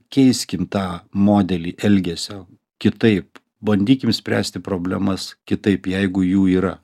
keiskim tą modelį elgesio kitaip bandykim spręsti problemas kitaip jeigu jų yra